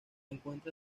encuentra